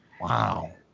Wow